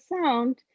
sound